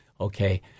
okay